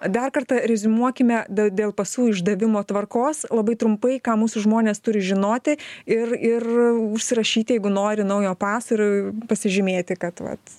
dar kartą reziumuokime d dėl pasų išdavimo tvarkos labai trumpai ką mūsų žmonės turi žinoti ir ir užsirašyti jeigu nori naujo paso ir pasižymėti kad vat